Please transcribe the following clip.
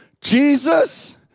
Jesus